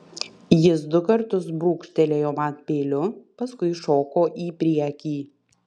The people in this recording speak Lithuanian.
jis du kartus brūkštelėjo man peiliu paskui šoko į priekį